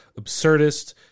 absurdist